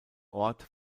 ort